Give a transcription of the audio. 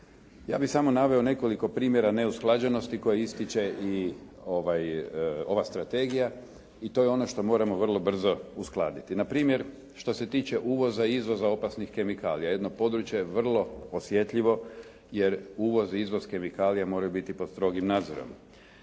Ja bih samo naveo nekoliko primjera neusklađenosti koje ističe i ova strategija i to je ono što moramo vrlo brzo uskladiti. Na primjer što se tiče uvoza i izvoza opasnih kemikalija. Jedno područje vrlo osjetljivo jer uvoz i izvoz kemikalija moraju biti pod strogim nadzorom.